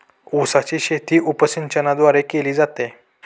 उसाची शेती उपसिंचनाद्वारे केली जाते